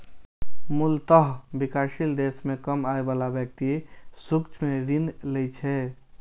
मूलतः विकासशील देश मे कम आय बला व्यक्ति सूक्ष्म ऋण लै छै